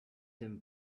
them